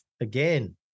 again